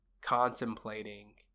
contemplating